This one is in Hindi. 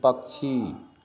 पक्षी